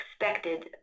expected